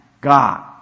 God